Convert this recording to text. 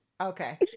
Okay